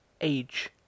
age